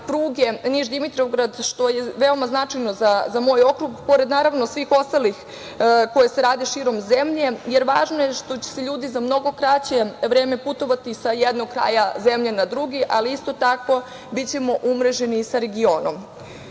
pruge Niš - Dimitrovgrad, što je veoma značajno za moj okrug, pored naravno, svih ostalih koje se rade širom zemlje, jer važno je da će ljudi za mnogo kraće vreme putovati sa jednog kraja zemlje na drugi, ali isto tako bićemo umreženi i